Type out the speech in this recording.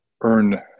earn